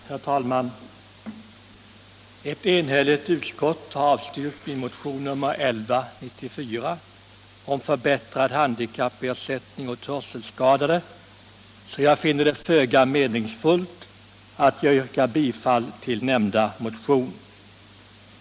Herr talman! Ett enhälligt utskott har avstyrkt min motion 1194 om förbättrad handikappersättning åt hörselskadade, och jag finner det föga meningsfullt att yrka bifall till nämnda motion.